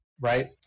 right